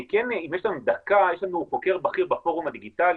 יש לנו חוקר בכיר בפורום הדיגיטלי